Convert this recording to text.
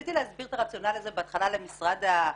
כשניסיתי להסביר את הרציונל הזה למשרד המשפטים,